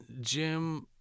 jim